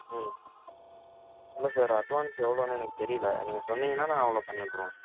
ம் இல்லை sir advance எவ்வளோனு எனக்கு தெரியலை நீங்கள் சொன்னிங்கன்னா நான் அவ்வளோ பண்ணிவிட்ருவேன்